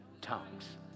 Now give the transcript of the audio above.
tongues